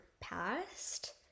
past